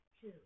two